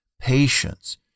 Patience